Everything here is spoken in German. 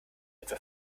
etwa